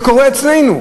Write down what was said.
זה קורה אצלנו.